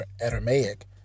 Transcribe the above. Aramaic